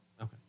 Okay